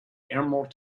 emerald